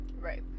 Right